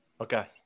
Okay